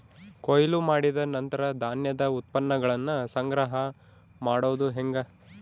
ಕೊಯ್ಲು ಮಾಡಿದ ನಂತರ ಧಾನ್ಯದ ಉತ್ಪನ್ನಗಳನ್ನ ಸಂಗ್ರಹ ಮಾಡೋದು ಹೆಂಗ?